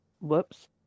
whoops